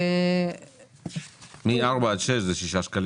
ששנת ייצורו או מועד עלייתו לכביש 7 עד 10 שנים ששנת